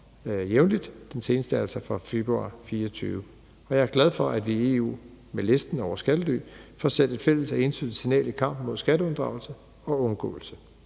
den seneste er altså fra februar 2024. Jeg er glad for, at vi i EU med listen over skattely får sendt et fælles og entydigt signal i kampen mod skatteunddragelse og -undgåelse.